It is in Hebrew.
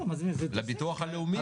לביטוח הלאומי.